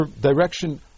direction